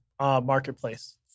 marketplace